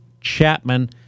Chapman